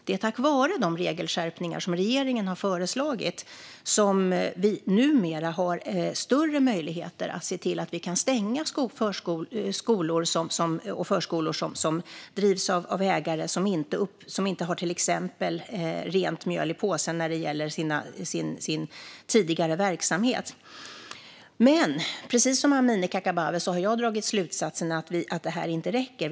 Det är tack vare de regelskärpningar som regeringen har föreslagit som vi numera har större möjligheter att stänga skolor och förskolor som drivs av ägare som till exempel inte har rent mjöl i påsen när det gäller tidigare verksamhet. Men precis som Amineh Kakabaveh har jag dragit slutsatsen att det inte räcker.